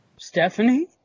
Stephanie